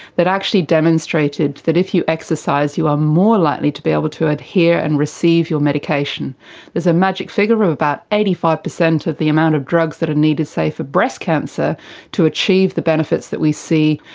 that actually demonstrated that if you exercise you are more likely to be able to adhere and receive your medication. there is a magic figure of about eighty five percent of the amount of drugs that are needed say for breast cancer to achieve the benefits that we see,